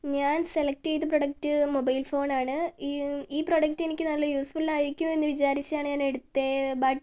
ഞാൻ സെലക്ട് ചെയ്ത product mobile ഫോണാണ് ഈ ഈ പ്രോഡക്ട് എനിക്ക് നല്ല യൂസ്ഫുള്ളായിരിക്കും എന്ന് വിചാരിച്ചാണ് ഞാൻ എടുത്തത് ബട്ട്